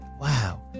Wow